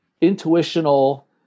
intuitional